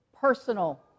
personal